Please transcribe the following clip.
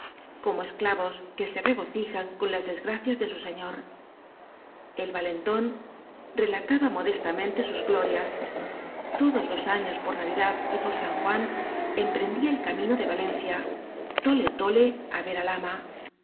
como esclavos que se regocijan con las desgra cias de su señor el valentón relataba modestamente sus glorias todos los años por navidad y por san juan emprendía el camino de valencia tole tole á ver al